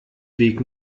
weg